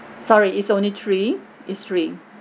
sorry it's only three it's three